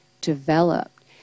developed